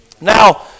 Now